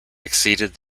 exceeded